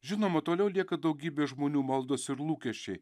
žinoma toliau lieka daugybės žmonių maldos ir lūkesčiai